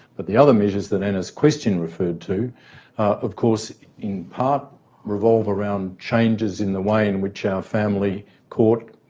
but the other measures that anna's question referred to of course in part revolve around changes in the way in which our family court,